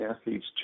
athletes